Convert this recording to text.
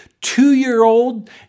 two-year-old